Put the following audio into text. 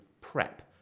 PrEP